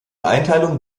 einteilung